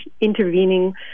intervening